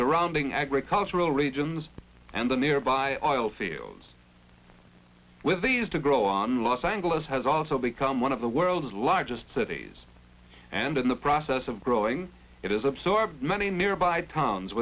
surrounding agricultural regions and the nearby all fields with these to grow on los angles has also become one of the world's largest cities and in the process of growing it is absorbed many nearby towns